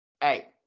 Hey